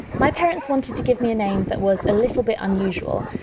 my parents wanted to give me a name that was a little bit unusual,